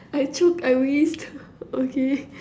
I choke I wheezed okay